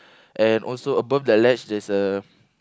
and also above the ledge there's a